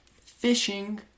FISHING